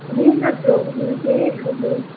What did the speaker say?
main हाम्रो उयो चाहिँ अहिले